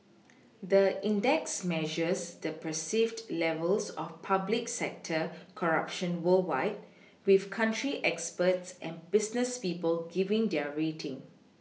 the index measures the perceived levels of public sector corruption worldwide with country experts and business people giving their rating